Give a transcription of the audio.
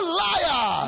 liar